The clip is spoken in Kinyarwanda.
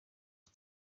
iki